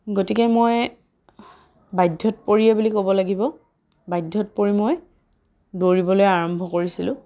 গতিকে মই বাধ্যত পৰিয়েই বুলি ক'ব লাগিব বাধ্যত পৰি মই দৌৰিবলৈ আৰম্ভ কৰিছিলোঁ